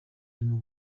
arimo